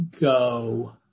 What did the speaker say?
go